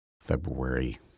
February